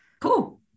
Cool